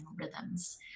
rhythms